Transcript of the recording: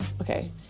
okay